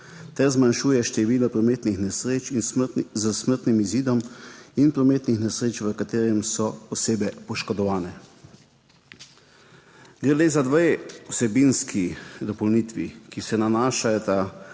ter zmanjšuje število prometnih nesreč s smrtnim izidom in prometnih nesreč, v katerem so osebe poškodovane. Gre le za dve vsebinski dopolnitvi, ki se nanašata